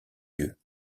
yeux